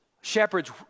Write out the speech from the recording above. Shepherds